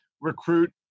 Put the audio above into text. recruit